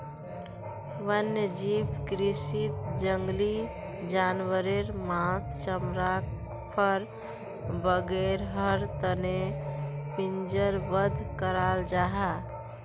वन्यजीव कृषीत जंगली जानवारेर माँस, चमड़ा, फर वागैरहर तने पिंजरबद्ध कराल जाहा